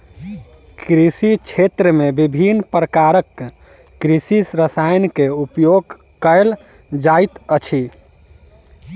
कृषि क्षेत्र में विभिन्न प्रकारक कृषि रसायन के उपयोग कयल जाइत अछि